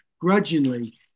grudgingly